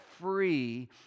free